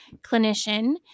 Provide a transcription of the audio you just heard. clinician